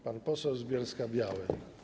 Pan poseł z Bielska-Białej.